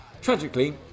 Tragically